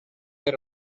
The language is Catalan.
per